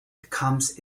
becomes